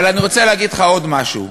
אבל אני רוצה להגיד לך עוד משהו,